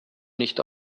nicht